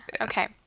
Okay